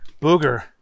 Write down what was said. Booger